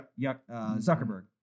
Zuckerberg